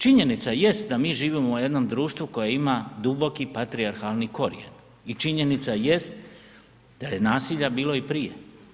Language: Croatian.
Činjenica jest da mi živimo u jednom društvu koje ima duboki patrijarhalni korijen i činjenica jest da je nasilja bilo i prije.